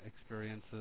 experiences